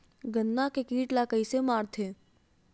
गन्ना के कीट ला कइसे मारथे?